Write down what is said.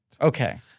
Okay